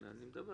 אני אדבר